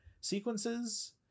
sequences